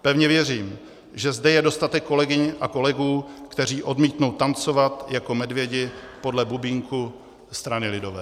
Pevně věřím, že zde je dostatek kolegyň a kolegů, kteří odmítnou tancovat jako medvědi podle bubínku strany lidové.